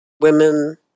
Women